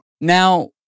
Now